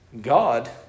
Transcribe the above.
God